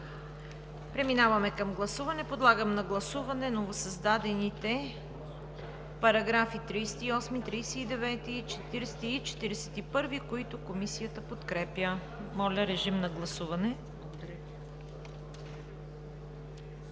Преминаваме към гласуване. Подлагам на гласуване новосъздадените параграфи 38, 39, 40 и 41, които Комисията подкрепя. Гласували